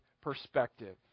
perspective